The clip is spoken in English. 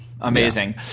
Amazing